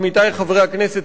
עמיתי חברי הכנסת,